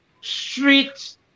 streets